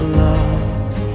love